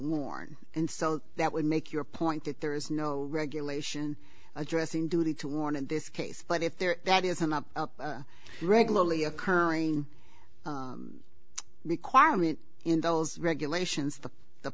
warn and so that would make your point that there is no regulation addressing duty to warn in this case but if there that is an up regularly occurring requirement in those regulations that the